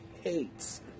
hates